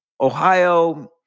Ohio